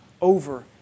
over